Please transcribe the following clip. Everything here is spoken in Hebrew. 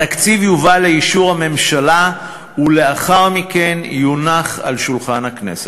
התקציב יובא לאישור הממשלה ולאחר מכן יונח על שולחן הכנסת.